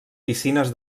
piscines